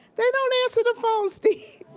they don't answer the phone, steve.